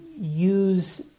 use